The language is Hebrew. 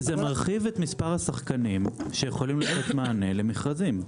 זה ירחיב את מספר השחקנים שיכולים לתת מענה למכרזים.